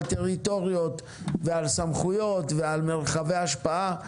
טריטוריות ועל סמכויות ועל מרחבי השפעה.